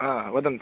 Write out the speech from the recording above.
आ वदन्तु